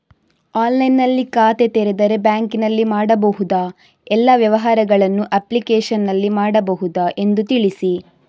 ಆನ್ಲೈನ್ನಲ್ಲಿ ಖಾತೆ ತೆರೆದರೆ ಬ್ಯಾಂಕಿನಲ್ಲಿ ಮಾಡಬಹುದಾ ಎಲ್ಲ ವ್ಯವಹಾರಗಳನ್ನು ಅಪ್ಲಿಕೇಶನ್ನಲ್ಲಿ ಮಾಡಬಹುದಾ ಎಂದು ತಿಳಿಸಿ?